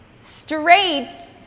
straight